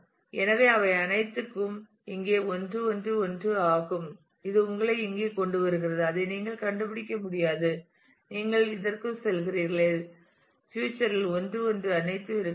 எனவே அவை அனைத்தும் இங்கே 1 1 1 ஆகும் இது உங்களை இதைக் கொண்டுவருகிறது இதை நீங்கள் கண்டுபிடிக்க முடியாது நீங்கள் இதற்குச் செல்கிறீர்கள் எதிர்காலத்தில் 1 1 அனைத்தும் இருக்க வேண்டும்